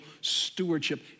stewardship